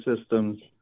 systems